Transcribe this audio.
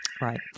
Right